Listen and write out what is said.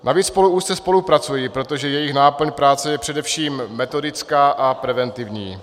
Navíc spolu úzce spolupracují, protože jejich náplň práce je především metodická a preventivní.